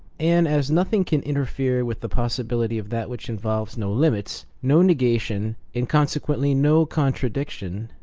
and as nothing can interfere with the possibility of that which involves no limits, no negation and conse quently no contradiction,